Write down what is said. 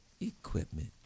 equipment